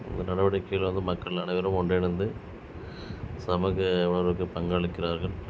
இந்த நடவடிக்கையில் வந்து மக்கள் அனைவரும் ஒன்றிணந்து சமூக உணர்வுக்கு பங்களிக்கிறார்கள்